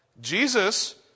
Jesus